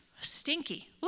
stinky